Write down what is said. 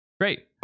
Great